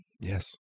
Yes